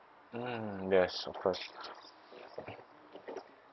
mm yes of course